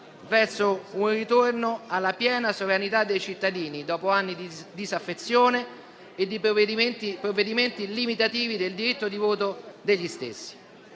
verso un ritorno alla piena sovranità dei cittadini, dopo anni di disaffezione e di provvedimenti limitativi del diritto di voto degli stessi.